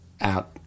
out